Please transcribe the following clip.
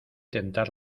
tentar